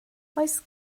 oes